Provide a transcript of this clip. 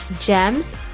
gems